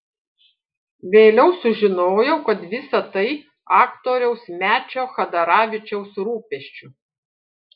vėliau sužinojau kad visa tai aktoriaus mečio chadaravičiaus rūpesčiu